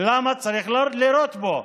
למה צריך לירות בו?